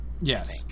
yes